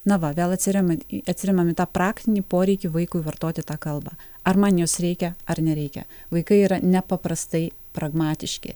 na va vėl atsiremia į atsiremiam į tą praktinį poreikį vaikui vartoti tą kalbą ar man jos reikia ar nereikia vaikai yra nepaprastai pragmatiški